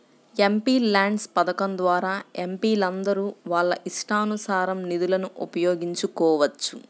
MPLADS పథకం ద్వారా ఎంపీలందరూ వాళ్ళ ఇష్టానుసారం నిధులను ఉపయోగించుకోవచ్చు